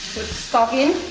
stock in.